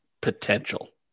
potential